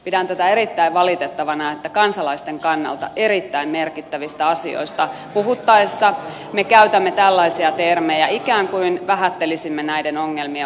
pidän tätä erittäin valitettavana että kansalaisten kannalta erittäin merkittävistä asioista puhuttaessa me käytämme tällaisia termejä ikään kuin vähättelisimme näiden ongelmien olemassaoloa